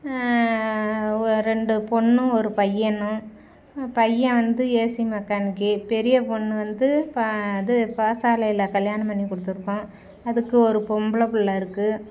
ஓ ரெண்டு பொண்ணும் ஒரு பையனும் பையன் வந்து ஏசி மெக்கானிக்கு பெரிய பெண்ணு வந்து பா இது பாசாலையில் கல்யாணம் பண்ணி கொடுத்துருக்கோம் அதுக்கு ஒரு பொம்பளை பிள்ள இருக்குது